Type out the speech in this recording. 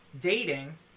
Dating